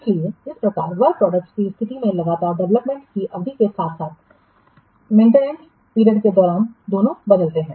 इसलिए इस प्रकार वर्क प्रोडक्ट की स्थिति वे लगातार डेवलपमेंट की अवधि के साथ साथ मेंटेनेंस पीरियड के दौरान दोनों बदलते हैं